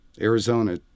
Arizona